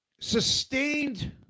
sustained